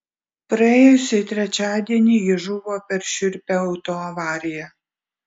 praėjusį trečiadienį ji žuvo per šiurpią autoavariją